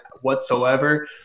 whatsoever